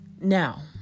Now